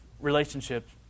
relationships